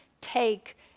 take